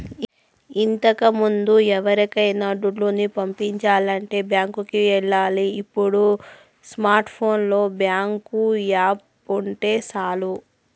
ఇంతకముందు ఎవరికైనా దుడ్డుని పంపించాలంటే బ్యాంకులికి ఎల్లాలి ఇప్పుడు స్మార్ట్ ఫోనులో బ్యేంకు యాపుంటే సాలు